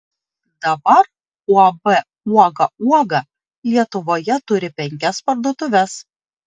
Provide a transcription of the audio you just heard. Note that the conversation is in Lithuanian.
dabar uab uoga uoga lietuvoje turi penkias parduotuves